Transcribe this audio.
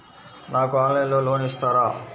నాకు ఆన్లైన్లో లోన్ ఇస్తారా?